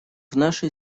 нашей